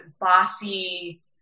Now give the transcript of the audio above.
bossy